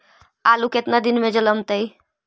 आलू केतना दिन में जलमतइ?